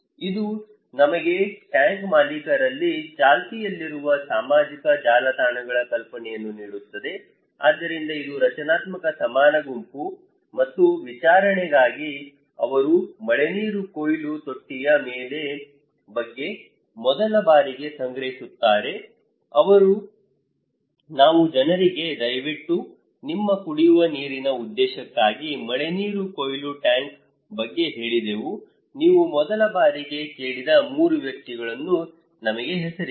ಇದು ನಮಗೆ ಟ್ಯಾಂಕ್ ಮಾಲೀಕರಲ್ಲಿ ಚಾಲ್ತಿಯಲ್ಲಿರುವ ಸಾಮಾಜಿಕ ಜಾಲತಾಣಗಳ ಕಲ್ಪನೆಯನ್ನು ನೀಡುತ್ತದೆ ಆದ್ದರಿಂದ ಇದು ರಚನಾತ್ಮಕ ಸಮಾನ ಗುಂಪು ಮತ್ತು ವಿಚಾರಣೆಗಾಗಿ ಅವರು ಮಳೆನೀರು ಕೊಯ್ಲು ತೊಟ್ಟಿಯ ಬಗ್ಗೆ ಮೊದಲ ಬಾರಿಗೆ ಸಂಗ್ರಹಿಸುತ್ತಾರೆ ನಾವು ಜನರಿಗೆ ದಯವಿಟ್ಟು ನಿಮ್ಮ ಕುಡಿಯುವ ನೀರಿನ ಉದ್ದೇಶಕ್ಕಾಗಿ ಮಳೆನೀರು ಕೊಯ್ಲು ಟ್ಯಾಂಕ್ ಬಗ್ಗೆ ಹೇಳಿದೆವು ನೀವು ಮೊದಲ ಬಾರಿಗೆ ಕೇಳಿದ 3 ವ್ಯಕ್ತಿಗಳನ್ನು ನಮಗೆ ಹೆಸರಿಸಿ